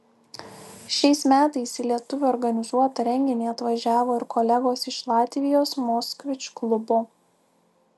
šiais metais į lietuvių organizuotą renginį atvažiavo ir kolegos iš latvijos moskvič klubo